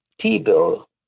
T-bill